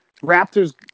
Raptors